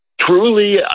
Truly